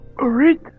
Alright